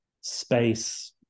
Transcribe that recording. space